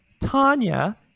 Tanya